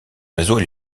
réseau